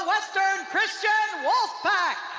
western christian wolfpack.